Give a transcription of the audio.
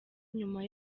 nyuma